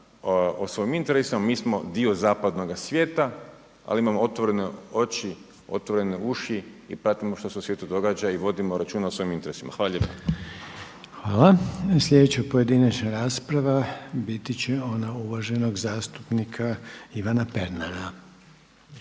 o svojim interesima. Mi smo dio zapadnoga svijeta, ali imamo otvorene oči, otvorene uši i pratimo što se u svijetu događa i vodimo računa o svojim interesima. Hvala lijepa. **Reiner, Željko (HDZ)** Hvala. Sljedeća pojedinačna rasprava biti će ona uvaženog zastupnika Ivana Pernara.